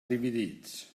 dividits